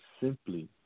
simply